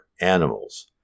animals